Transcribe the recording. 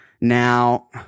Now